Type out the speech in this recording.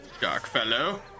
Darkfellow